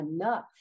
enough